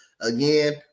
again